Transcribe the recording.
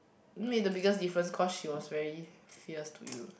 made the biggest difference cause she was very fierce to you